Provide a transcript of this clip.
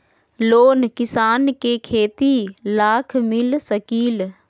Loan किसान के खेती लाख मिल सकील?